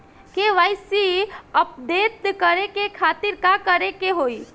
KYC update करे के खातिर का करे के होई?